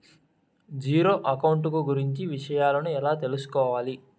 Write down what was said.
Zero account కు గురించి విషయాలను ఎలా తెలుసుకోవాలి?